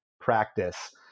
practice